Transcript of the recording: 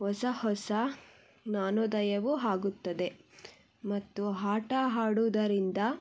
ಹೊಸ ಹೊಸ ಜ್ಞಾನೋದಯವೂ ಆಗುತ್ತದೆ ಮತ್ತು ಆಟ ಆಡುದರಿಂದ